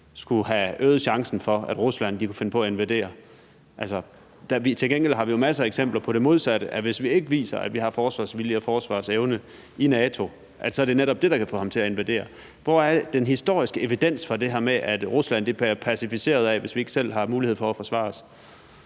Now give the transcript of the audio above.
skulle have øget chancen for, at Rusland kunne finde på at invadere? Til gengæld har vi jo masser af eksempler på det modsatte, altså at det, hvis vi ikke viser, at vi har en forsvarsvilje og en forsvarsevne i NATO, så netop er det, der kan få Putin til at invadere. Hvor er den historiske evidens for det her med, at Rusland bliver pacificeret af det, hvis vi ikke selv har en mulighed for at forsvare os?